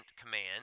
command